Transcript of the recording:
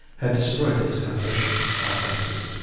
had destroyed his ambition, i fancy.